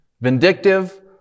vindictive